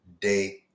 day